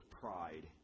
pride